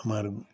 আমাৰ